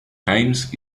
times